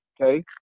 okay